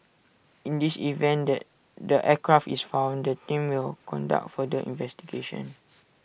in this event that the aircraft is found the team will conduct further investigation